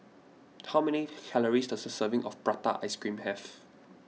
how many calories does a serving of Prata Ice Cream have